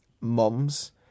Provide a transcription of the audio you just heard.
Mum's